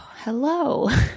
Hello